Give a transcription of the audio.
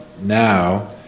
now